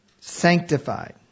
Sanctified